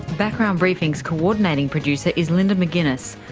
background briefing's coordinating producer is linda mcginness,